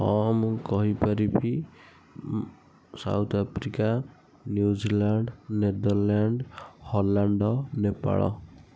ହଁ ମୁଁ କହିପାରିବି south Africa New Zealand Netherland Holland Nepal